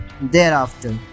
Thereafter